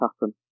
happen